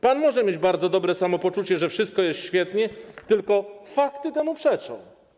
Pan może mieć bardzo dobre samopoczucie, że wszystko jest świetnie, tylko fakty temu przeczą.